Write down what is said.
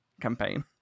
campaign